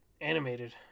animated